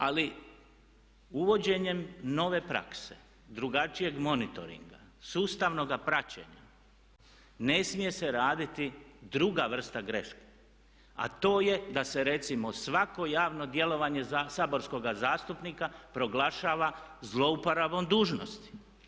Ali uvođenjem nove prakse, drugačijeg monitoringa, sustavnoga praćenja ne smije se raditi druga vrsta greške a to je da se recimo svako javno djelovanje saborskoga zastupnika proglašava zlouporabom dužnosti.